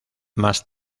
más